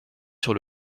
sur